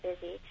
busy